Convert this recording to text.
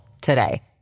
today